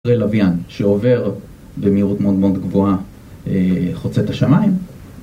רואה לוויין שעובר במהירות מאוד מאוד גבוהה, חוצה את השמיים